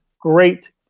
Great